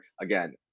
again